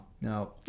no